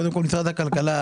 משרד הכלכלה,